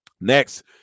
Next